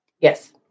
Yes